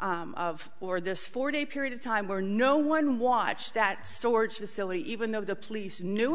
of or this four day period of time where no one watched that storage facility even though the police knew